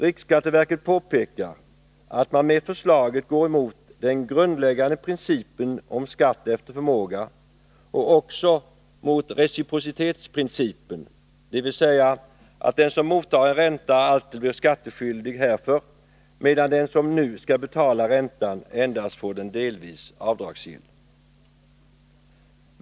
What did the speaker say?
Riksskatteverket påpekar att man med förslaget går emot den grundläggande principen om skatt efter förmåga och också mot reciprocitetsprincipen, dvs. att den som mottar en ränta alltid blir skattskyldig härför, medan den som nu skall betala räntan endast får den delvis avdragsgill.